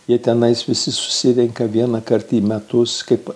jie tenai visi susirenka vienąkart į metus kaip